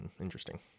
Interesting